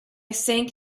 sank